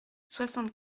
soixante